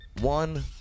one